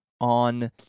on